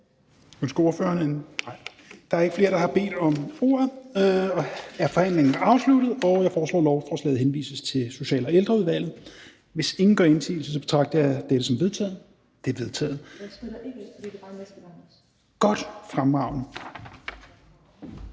Der er ikke flere, der har bedt om ordet, og derfor er forhandlingen afsluttet. Jeg foreslår, at lovforslaget henvises til Social- og Ældreudvalget. Hvis ingen gør indsigelse, betragter jeg dette som vedtaget. Det er vedtaget. --- Det næste